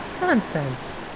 Nonsense